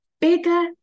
bigger